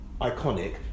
iconic